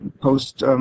post